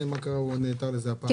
מעניין מה קרה שהוא נעתר לזה הפעם.